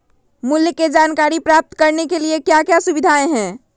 मूल्य के जानकारी प्राप्त करने के लिए क्या क्या सुविधाएं है?